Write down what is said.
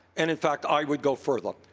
and in fact i would go further.